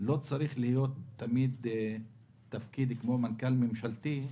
לא צריך להיות תמיד כמו תפקיד מנכ"ל ממשלתי,